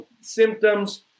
symptoms